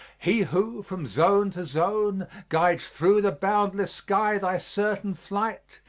he who, from zone to zone, guides through the boundless sky thy certain flight,